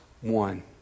one